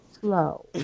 slow